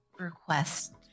request